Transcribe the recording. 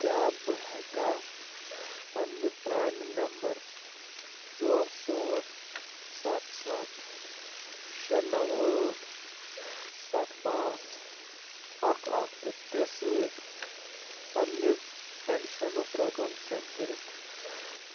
کیٛاہ بہٕ ہیٚکا پنٛنہِ پرانہِ نمبر ژور ژور سَتھ سَتھ شےٚ نَو ٲٹھ سَتھ پانٛژھ اکھ اَکھ تہٕ ترٛےٚ سۭتۍ پنٛنہِ پنشنُک رقم چیک کٔرِتھ